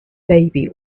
baby